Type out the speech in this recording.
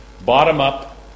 bottom-up